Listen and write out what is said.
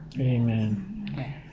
amen